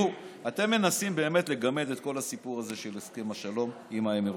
אתם מנסים באמת לגמד את כל הסיפור הזה של הסכם השלום עם האמירויות,